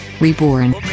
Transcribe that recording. Reborn